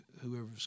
whoever's